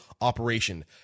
operation